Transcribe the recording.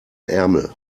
ärmel